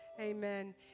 amen